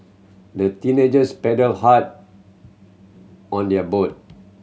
the teenagers paddled hard on their boat